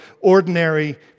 ordinary